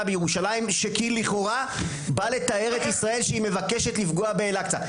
בירושלים כי לכאורה בא לתאר את ישראל שהיא מבקשת לפגוע באל אקצא.